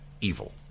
evil